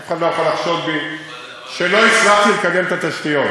אף אחד לא יכול לחשוד בי שלא הצלחתי לקדם את התשתיות.